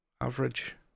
Average